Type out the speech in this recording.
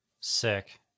sick